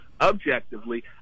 objectively